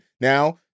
Now